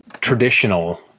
traditional